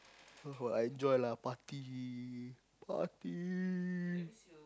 enjoy lah party party